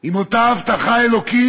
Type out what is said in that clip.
עם אותה הבטחה אלוקית.